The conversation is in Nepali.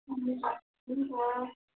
हुन्छ हुन्छ